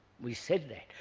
we said that,